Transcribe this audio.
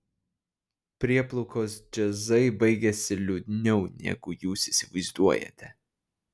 prieplaukos džiazai baigiasi liūdniau negu jūs įsivaizduojate